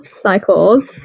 cycles